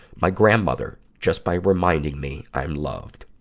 my grandmother, just by reminding me i'm loved.